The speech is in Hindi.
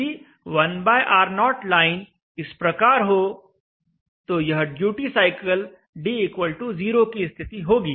यदि 1R0 लाइन इस प्रकार हो तो यह ड्यूटी साइकिल d 0 की स्थिति होगी